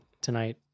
tonight